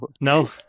no